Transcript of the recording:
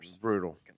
brutal